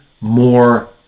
more